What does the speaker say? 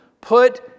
put